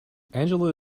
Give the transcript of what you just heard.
angela